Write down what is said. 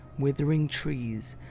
withering trees,